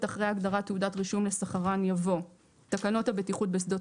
(ט) אחרי ההגדרה "תעודת רישום לסחרן" יבוא: ""תקנות הבטיחות בשדות